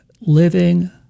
living